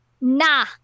nah